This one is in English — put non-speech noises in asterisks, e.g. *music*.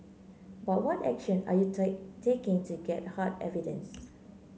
but what action are you *unintelligible* taking to get hard evidence